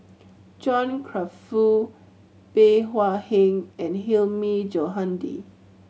John Crawfurd Bey Hua Heng and Hilmi Johandi